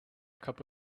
cup